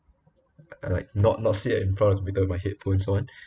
like not not sit in front of the computer with my headphones on